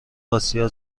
آسیا